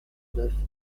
neuf